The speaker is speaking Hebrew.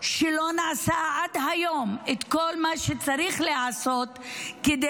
שלא נעשה עד היום כל מה שצריך לעשות כדי